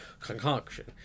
concoction